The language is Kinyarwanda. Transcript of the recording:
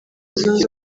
zunze